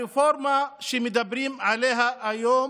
הרפורמה שמדברים עליה היום